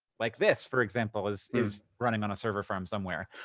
like this for example is is running on a server farm somewhere.